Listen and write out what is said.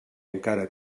encara